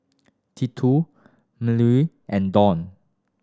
Tito Mellie and Dawn